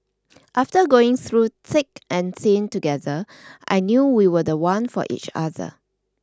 after going through thick and thin together I knew we were the one for each other